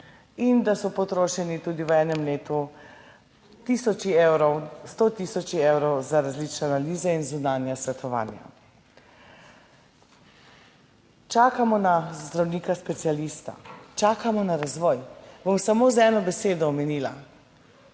in da so potrošeni tudi v enem letu tisoči evrov, 100 tisoč evrov za različne analize in zunanja svetovanja. Čakamo na zdravnika specialista, čakamo na razvoj. Bom samo z eno besedo omenila,